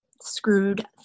screwed